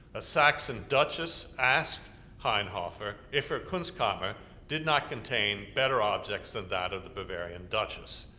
a saxon duchess asked hainhofer if her kunstkammer did not contain better objects that that of the bavarian duchess.